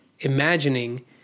Imagining